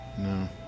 no